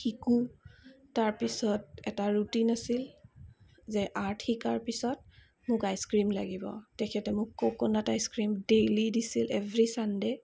শিকোঁ তাৰপিছত এটা ৰুটিন আছিল যে আৰ্ট শিকাৰ পিছত মোক আইচক্ৰিম লাগিব তেখেতে মোক ক'ক'নাট আইচক্ৰিম ডেইলি দিছিল এভৰি চানডে